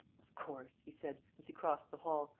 of course, he said, as he crossed the hall,